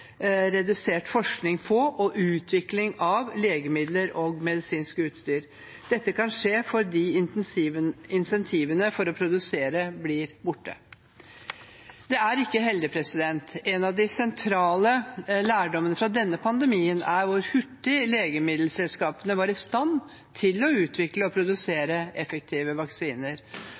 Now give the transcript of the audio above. redusert forskning på og utvikling av legemidler og medisinsk utstyr. Dette kan skje fordi insentivene for å produsere blir borte. Det er ikke heldig. En av de sentrale lærdommene fra denne pandemien er hvor hurtig legemiddelselskapene var i stand til å utvikle og produsere effektive vaksiner.